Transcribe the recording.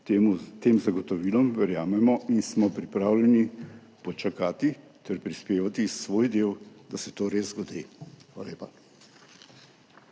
tem zagotovilom verjamemo in smo pripravljeni počakati ter prispevati svoj del, da se to res zgodi. Hvala lepa.